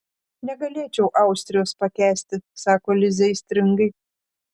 negalėčiau austrijos pakęsti sako lizė aistringai